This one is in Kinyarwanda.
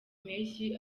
mpeshyi